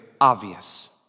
obvious